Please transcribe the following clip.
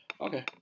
Okay